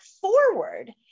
forward